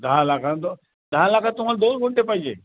दहा लाखात दहा लाखात तुम्हाला दोन गुंठे पाहिजे